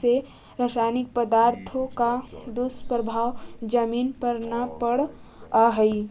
से रासायनिक पदार्थों का दुष्प्रभाव जमीन पर न पड़अ हई